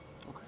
Okay